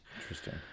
Interesting